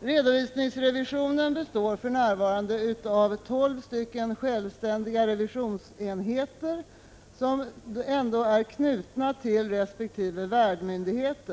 Redovisningsrevisionen består för närvarande av tolv självständiga revisionsenheter som dock är knutna till resp. värdmyndighet.